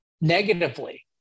negatively